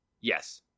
Yes